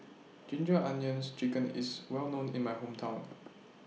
Ginger Onions Chicken IS Well known in My Hometown